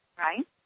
right